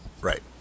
Right